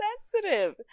sensitive